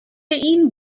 این